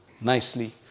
nicely